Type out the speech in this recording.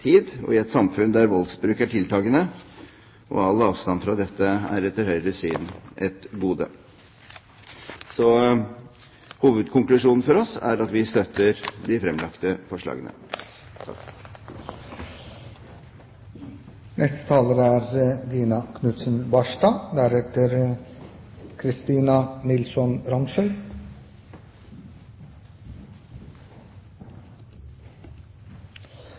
og i et samfunn der voldsbruk er tiltagende, og all avstand fra dette er etter Høyres syn et gode. Hovedkonklusjonen for oss er at vi støtter de fremlagte forslagene.